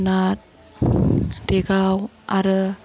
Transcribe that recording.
ना देगाव आरो